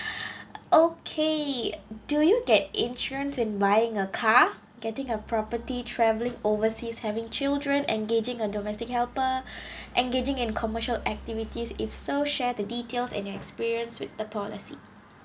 okay do you get insurance when buying a car getting a property travelling overseas having children engaging a domestic helper engaging in commercial activities if so share the details and your experience with the policy